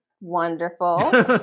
wonderful